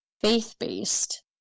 faith-based